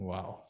Wow